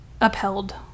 upheld